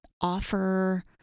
offer